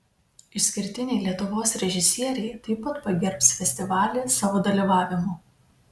išskirtiniai lietuvos režisieriai taip pat pagerbs festivalį savo dalyvavimu